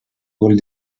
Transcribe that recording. gol